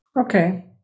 Okay